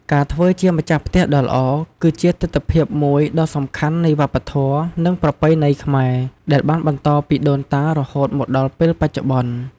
ការធ្វើជាម្ចាស់ផ្ទះដ៏ល្អ គឺជាទិដ្ឋភាពមួយដ៏សំខាន់នៃវប្បធម៌ និងប្រពៃណីខ្មែរ ដែលបានបន្តពីដូនតារហូតមកដល់ពេលបច្ចុប្បន្ន។